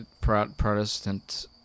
protestant